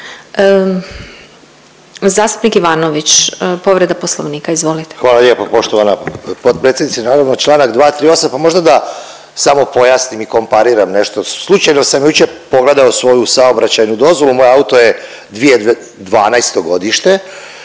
Zastupnik Ivanović, povreda Poslovnika. Izvolite. **Ivanović, Goran (HDZ)** Hvala lijepo poštovana potpredsjednice. Pa evo članak 238. pa možda da samo pojasnim i kompariram nešto. Slučajno sam jučer pogledao svoju saobraćajnu dozvolu. Moj auto je 2012. godište